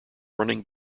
running